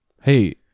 hey